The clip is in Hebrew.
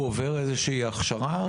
הוא עובר איזו שהיא הכשרה?